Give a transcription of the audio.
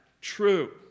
true